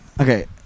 Okay